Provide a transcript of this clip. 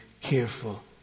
careful